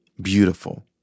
Beautiful